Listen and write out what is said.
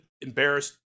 embarrassed